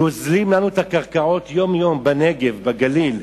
גוזלים לנו את הקרקעות יום-יום בנגב, בגליל,